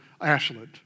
Ashland